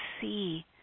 see